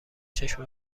چشم